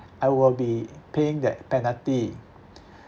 I will be paying that penalty